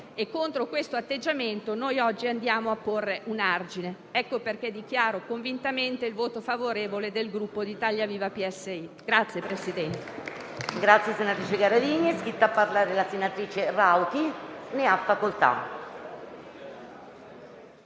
Contro questo atteggiamento noi oggi andiamo a porre un argine. Ecco perché dichiaro convintamente il voto favorevole del Gruppo Italia Viva-PSI.